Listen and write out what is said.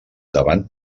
davant